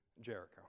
Jericho